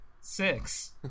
six